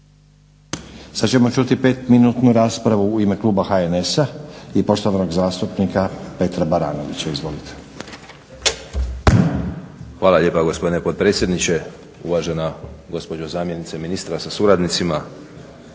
Sada ćemo čuti pet minutnu raspravu u ime kluba HNS-a i poštovanog zastupnika Petra Baranovića. Izvolite. **Baranović, Petar (HNS)** Hvala lijepo gospodine potpredsjedniče. Uvažena gospođo zamjenice ministra sa suradnicima.